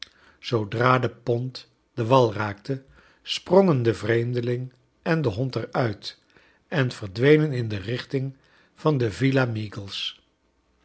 zoodra de pont den wal raakte sprongen de vreemdeling en de hond er uit en verdwenen in j de richting van de